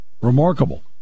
Remarkable